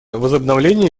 возобновления